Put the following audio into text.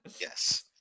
yes